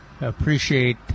appreciate